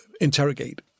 interrogate